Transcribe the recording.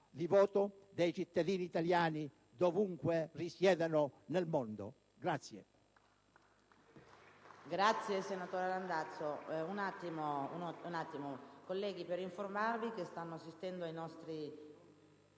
di voto dei cittadini italiani dovunque risiedano nel mondo.